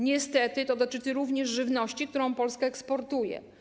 Niestety to dotyczy również żywności, którą Polska eksportuje.